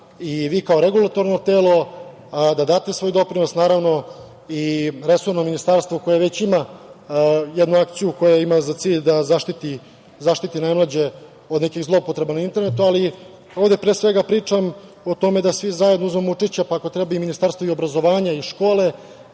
i vi kao Regulatorno telo da date svoj doprinos, naravno, i resorno ministarstvo koje već ima jednu akciju koja ima za cilj da zaštiti najmlađe od nekih zloupotreba na internetu. Ali ovde pre svega pričam o tome da svi zajedno uzmemo učešća, pa ako treba i Ministarstvo obrazovanja i škole,